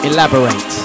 Elaborate